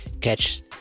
catch